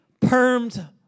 permed